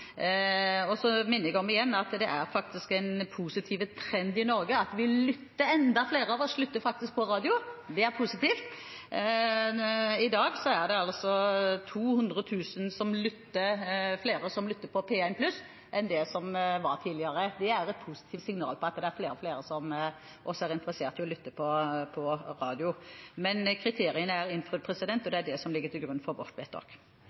Og så minner jeg igjen om at det er en positiv trend i Norge – enda flere av oss lytter på radio. Det er positivt. I dag er det altså 200 000 flere som lytter på P1+ enn det det var tidligere. Det er et positivt signal om at det er flere og flere som også er interessert i å lytte på radio. Men kriteriene er innfridd, og det er det som ligger til grunn for vårt vedtak.